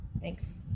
Thanks